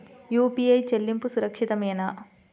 UPI చెల్లింపు సురక్షితమేనా?